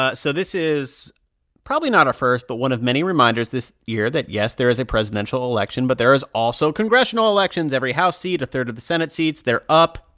ah so this is probably not our first but one of many reminders this year that, yes, there is a presidential election, but there is also congressional elections. every house seat, a third of the senate seats they're up.